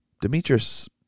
Demetrius